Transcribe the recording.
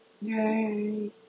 Yay